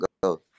go